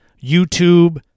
YouTube